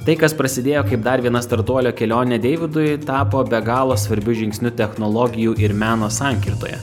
tai kas prasidėjo kaip dar viena startuolio kelionė deividui tapo be galo svarbiu žingsniu technologijų ir meno sankirtoje